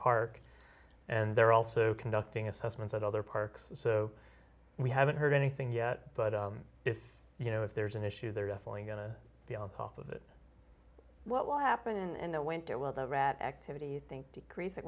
park and they're also conducting assessments at other parks so we haven't heard anything yet but if you know if there's an issue they're definitely going to be on top of it what will happen in the winter well the rat activity you think decreas